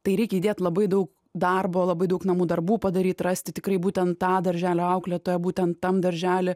tai reikia įdėt labai daug darbo labai daug namų darbų padaryt rasti tikrai būtent tą darželio auklėtoją būtent tam daržely